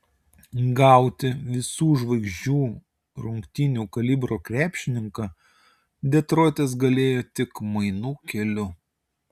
gauti visų žvaigždžių rungtynių kalibro krepšininką detroitas galėjo tik mainų keliu